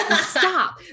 Stop